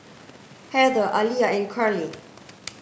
Heather Aliyah and Carlie